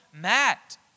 Matt